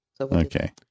Okay